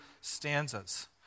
stanzas